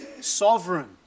sovereign